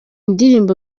ndirimbo